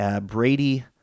Brady